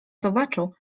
zobaczył